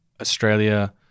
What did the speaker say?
Australia